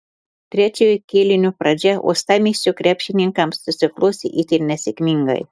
trečiojo kėlinio pradžia uostamiesčio krepšininkams susiklostė itin nesėkmingai